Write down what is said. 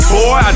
Boy